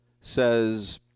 says